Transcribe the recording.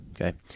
okay